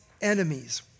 enemies